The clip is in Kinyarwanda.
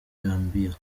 gambia